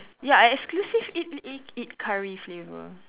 ya I exclusive eat eat eat curry flavour